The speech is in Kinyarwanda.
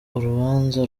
urubanza